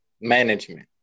Management